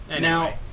Now